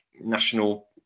national